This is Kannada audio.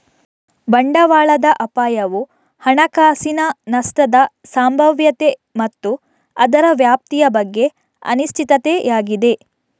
ಬಂಡವಾಳದ ಅಪಾಯವು ಹಣಕಾಸಿನ ನಷ್ಟದ ಸಂಭಾವ್ಯತೆ ಮತ್ತು ಅದರ ವ್ಯಾಪ್ತಿಯ ಬಗ್ಗೆ ಅನಿಶ್ಚಿತತೆಯಾಗಿದೆ